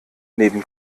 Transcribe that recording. neben